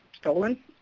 stolen